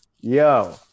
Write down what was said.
Yo